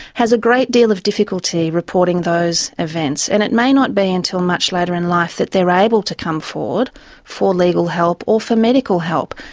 has a great deal of difficulty reporting those events, and it may not be until much later in life that they're able to come forward for legal help or for medical help,